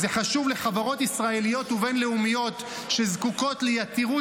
וזה חשוב לחברות ישראליות ובין-לאומיות שזקוקות ליתירות